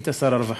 היית שר הרווחה.